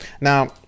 now